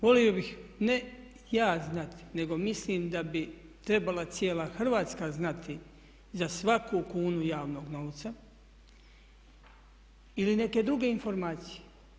Volio bih ne ja znati nego mislim da bi trebala cijela Hrvatska znati za svaku kunu javnog novca ili neke druge informacije.